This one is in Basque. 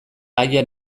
aian